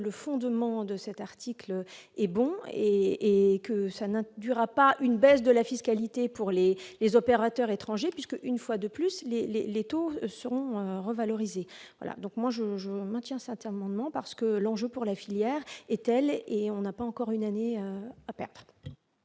le fondement de cet article est bon et et que ça ne durera pas une baisse de la fiscalité pour les les opérateurs étrangers puisque, une fois de plus, les, les, les taux seront revalorisées voilà donc moi je, je maintiens certains moments parce que l'enjeu pour la filière est et on n'a pas encore une année. De